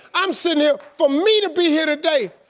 i'm sitting here for me to be here today.